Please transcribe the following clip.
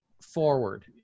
forward